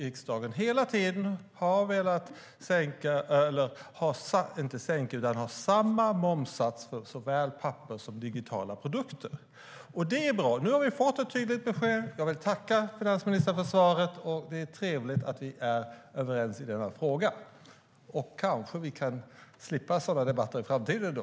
Riksdagen har hela tiden velat ha samma momssats på såväl papper som digitala produkter. Nu har vi fått ett tydligt besked, och jag vill tacka finansministern för svaret. Det är trevligt att vi är överens i denna fråga. Kanske vi kan slippa sådana debatter i framtiden då.